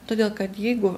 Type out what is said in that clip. todėl kad jeigu